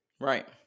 Right